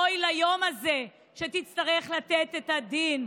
אוי ליום הזה שתצטרך לתת את הדין,